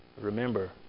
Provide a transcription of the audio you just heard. Remember